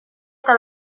eta